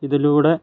ഇതിലൂടെ